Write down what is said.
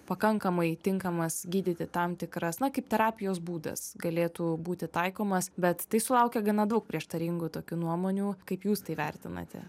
pakankamai tinkamas gydyti tam tikras na kaip terapijos būdas galėtų būti taikomas bet tai sulaukia gana daug prieštaringų tokių nuomonių kaip jūs tai vertinate